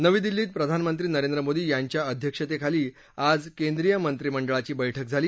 नवी दिल्लीत प्रधानमंत्री नरेंद्र मोदी यांच्या अध्यक्षतेखाली आज केंद्रीय मंत्रिमंडळाची बैठक झाली